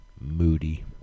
Moody